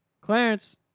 Clarence